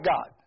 God